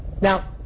now